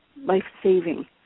life-saving